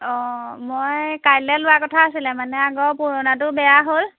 অঁ মই কাইলৈ লোৱা কথা আছিলে মানে আগৰ পুৰণাটো বেয়া হ'ল